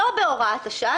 לא בהוראת השעה,